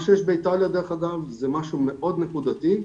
מה שיש באיטליה, דרך אגב, זה משהו מאוד נקודתי,